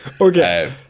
Okay